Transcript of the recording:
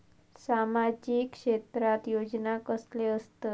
सामाजिक क्षेत्रात योजना कसले असतत?